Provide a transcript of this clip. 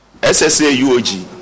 SSA-UOG